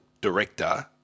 director